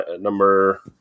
number